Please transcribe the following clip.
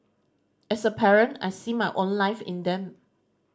as a parent I see my own life in them